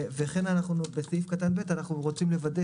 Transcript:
וכן בסעיף קטן (ב) אנו רוצים לוודא